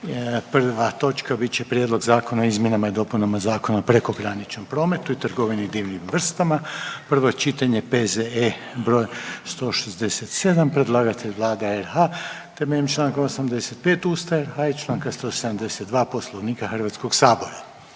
prva točka bit će Prijedlog zakona o izmjenama i dopunama Zakona o prekograničnom prometu i trgovini divljim vrstama, prvo čitanje, P.Z.E. br. 167. Predlagatelj Vlada RH temeljem članka 85. Ustava RH i članka 172. Poslovnika Hrvatskog sabora.